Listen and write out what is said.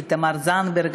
תמר זנדברג,